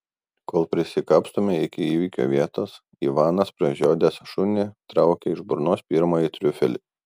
kol prisikapstome iki įvykio vietos ivanas pražiodęs šunį traukia iš burnos pirmąjį triufelį